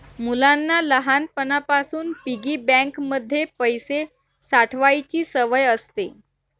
मुलांना लहानपणापासून piggy bank मध्ये पैसे साठवायची सवय असते